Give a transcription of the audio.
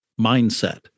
Mindset